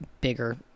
bigger